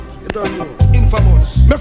Infamous